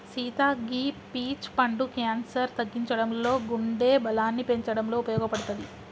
సీత గీ పీచ్ పండు క్యాన్సర్ తగ్గించడంలో గుండె బలాన్ని పెంచటంలో ఉపయోపడుతది